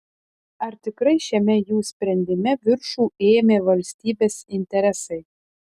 ar tikrai šiame jų sprendime viršų ėmė valstybės interesai